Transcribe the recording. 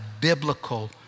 biblical